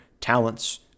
talents